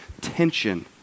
tension